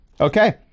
Okay